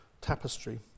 tapestry